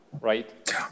right